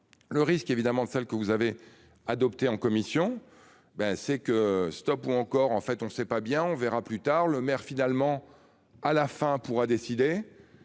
Le risque évidemment de celles que vous avez adopté en commission. Ben c'est que. Stop ou encore. En fait on ne sait pas bien, on verra plus tard, le maire finalement à la fin, pourra décider.